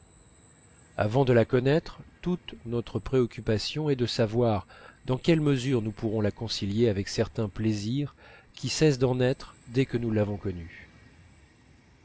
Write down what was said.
avant de la connaître toute notre préoccupation est de savoir dans quelle mesure nous pourrons la concilier avec certains plaisirs qui cessent d'en être dès que nous l'avons connue